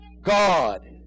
God